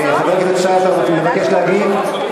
חבר הכנסת שי, אתה מבקש להגיב?